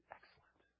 Excellent